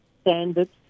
standards